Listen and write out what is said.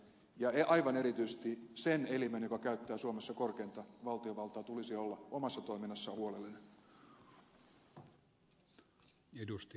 ja aivan erityisesti sen elimen joka käyttää suomessa korkeinta valtiovaltaa tulisi olla omassa toiminnassaan huolellinen